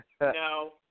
No